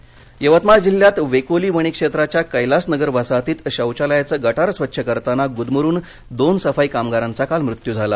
अपघात यवतमाळ यवतमाळ जिल्ह्यात वेकोली वणी क्षेत्राच्या कैलास नगर वसाहतीत शौचालयाचं गटार स्वच्छ करतांना गुद्मरून दोन सफाई कामगारांचा काल मृत्यू झाला